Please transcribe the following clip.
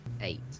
Eight